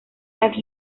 las